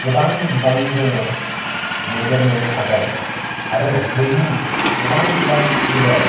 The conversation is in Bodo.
गोबां बिबांनि जोङो मैदेर मोननो हागोन आरो मैनि गोबां गोबां फोलेर